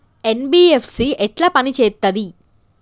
NBFC ఎట్ల పని చేత్తది?